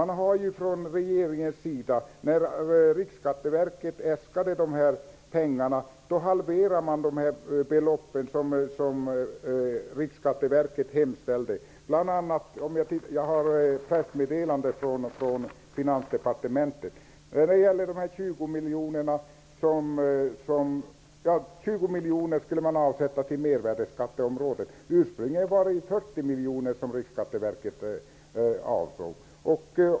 När Riksskatteverket hemställde om de här pengarna halverade regeringen äskade belopp. Jag har här ett pressmeddelande från Finansdepartementet. 20 miljoner skulle alltså avsättas till mervärdesskatteområdet. Men ursprungligen avsåg Riksskatteverket 40 miljoner.